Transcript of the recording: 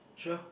sure